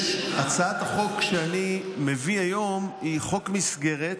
הצעת החוק שאני מביא היום היא חוק מסגרת